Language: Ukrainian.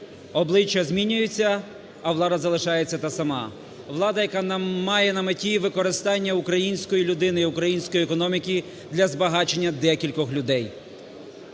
Обличчя змінюються, а влада залишається та сама. Влада, яка має на меті використання української людини і української економіки для збагачення декількох людей.